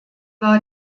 war